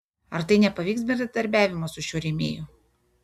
ar tai nepaveiks bendradarbiavimo su šiuo rėmėju